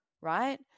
Right